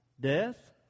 Death